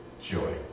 joy